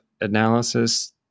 analysis